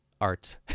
Art